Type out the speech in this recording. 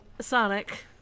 Sonic